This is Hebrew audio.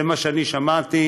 זה מה שאני שמעתי,